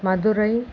Madurai